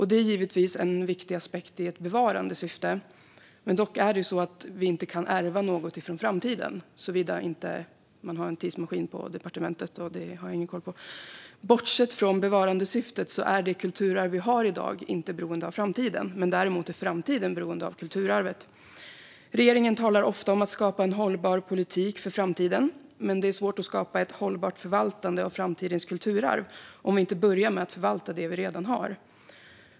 Det är givetvis en viktig aspekt i ett bevarandesyfte, men dock kan vi inte ärva något från framtiden - såvida man inte har en tidsmaskin på departementet, och det har jag ingen koll på. Bortsett från bevarandesyftet är det kulturarv vi har i dag inte beroende av framtiden, men däremot är framtiden beroende av kulturarvet. Regeringen talar ofta om att skapa en hållbar politik för framtiden, men det är svårt att skapa ett hållbart förvaltande av framtidens kulturarv om vi inte börjar med att förvalta det vi redan har.